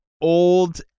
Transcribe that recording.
old